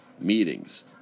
meetings